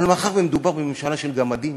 אבל מאחר שמדובר בממשלה של גמדים,